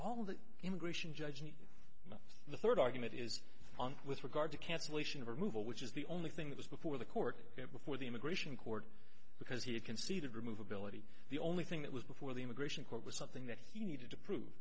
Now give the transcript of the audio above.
all of the immigration judge and the third argument is with regard to cancellation of removal which is the only thing that was before the court before the immigration court because he had conceded remove ability the only thing that was before the immigration court was something that he needed to prove